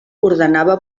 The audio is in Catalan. ordenava